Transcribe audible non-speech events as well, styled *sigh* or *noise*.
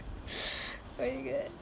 *noise* but you get